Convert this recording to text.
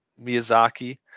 miyazaki